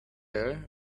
air